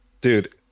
Dude